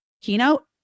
keynote